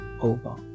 over